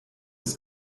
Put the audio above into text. des